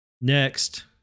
Next